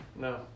No